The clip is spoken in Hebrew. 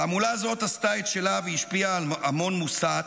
תעמולה זו עשתה את שלה והשפיעה על המון מוסת,